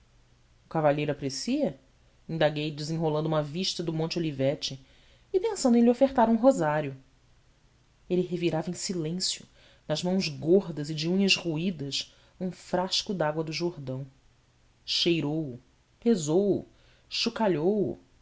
cavalheiro aprecia indaguei desenrolando uma vista do monte olivete e pensando em lhe ofertar um rosário ele revirava em silêncio nas mãos gordas e de unhas roídas um frasco de água do jordão cheirou o pesou o chocalhou o